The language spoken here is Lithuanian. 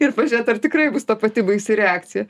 ir pažiūrėt ar tikrai bus ta pati baisi reakcija